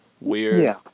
weird